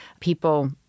people